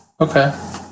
Okay